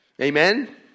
Amen